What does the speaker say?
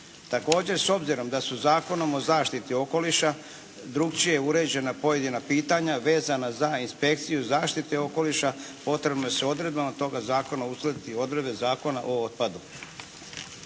Također s obzirom da su Zakonom o zaštiti okoliša drukčije uređena pojedina pitanja vezana za inspekciju zaštite okoliša potrebno je s odredbama toga zakona uskladiti odredbe Zakona o otpadu.